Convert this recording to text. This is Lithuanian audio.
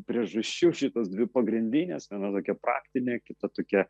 priežasčių šitos dvi pagrindinės viena tokia praktinė kita tokia